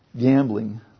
Gambling